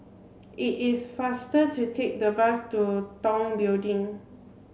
it is faster to take the bus to Tong Building